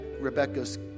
Rebecca's